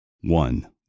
One